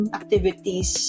activities